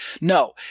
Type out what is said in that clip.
No